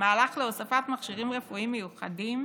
מהלך להוספת מכשירים רפואיים מיוחדים